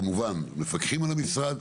כמובן מפקחים על המשרד.